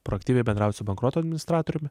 proaktyviai bendraut su bankroto administratoriumi